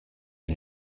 and